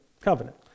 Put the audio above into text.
covenant